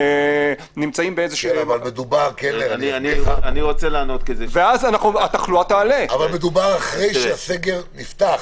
מדובר לאחר שהסגר נפתח.